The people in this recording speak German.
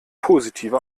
positive